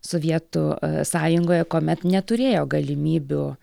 sovietų sąjungoje kuomet neturėjo galimybių